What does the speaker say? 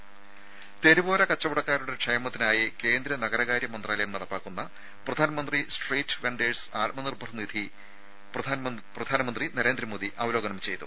രേര തെരുവോര കച്ചവടക്കാരുടെ ക്ഷേമത്തിനായി കേന്ദ്ര നഗര കാര്യ മന്ത്രാലയം നടപ്പാക്കുന്ന പ്രധാൻ മന്ത്രി സ്ട്രീറ്റ് വെൻഡേഴ്സ് ആത്മ നിർഭർ നിധി പ്രധാനമന്ത്രി നരേന്ദ്രമോദി അവലോകനം ചെയ്തു